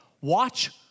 Watch